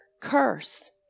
curse